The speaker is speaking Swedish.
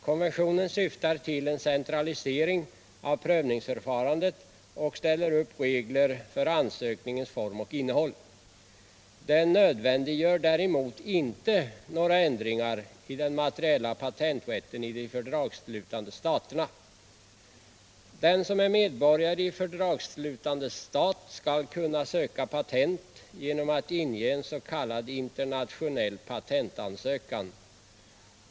Konventionen syftar till en centralisering av prövningsförfarandet och ställer upp regler för ansökningens form och innehåll. Den nödvändiggör däremot inte några ändringar i den materiella patenträtten i de fördragslutande staterna. Den som är medborgare i fördragslutande stat skall kunna söka patent genom att inge ens.k. internationell patentansökan.